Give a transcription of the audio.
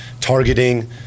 targeting